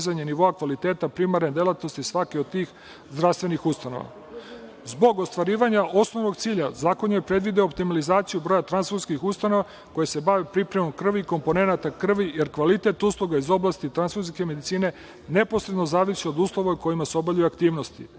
nivoa kvaliteta primarne delatnosti svake od tih zdravstvenih ustanova. Zbog ostvarivanja osnovnog cilja zakon je predvideo optimilizaciju broja tranfuzijskih ustanova koja se bave pripremom krvi i komponenata krvi jer kvalitet usluga iz oblasti tranfuzijske medicine neposredno zavisi od uslova u kojima se obavljaju aktivnosti.